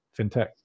fintech